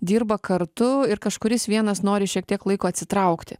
dirba kartu ir kažkuris vienas nori šiek tiek laiko atsitraukti